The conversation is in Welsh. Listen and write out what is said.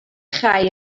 chau